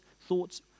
thoughts